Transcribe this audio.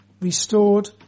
restored